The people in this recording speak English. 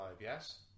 yes